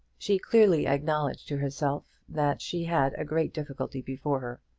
she clearly acknowledged to herself that she had a great difficulty before her.